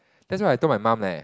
that's what I told my mum leh